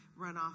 runoff